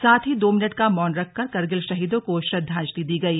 साथ ही दो मिनट का मौन रख करगिल शहीदों को श्रद्दांजलि दी गई